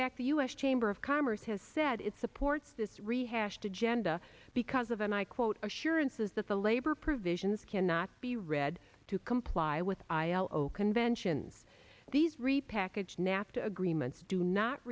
fact the u s chamber of commerce has said it supports this rehashed agenda because of and i quote assurances that the labor provisions cannot be read to comply with ilo conventions these repackaged nafta agreements do not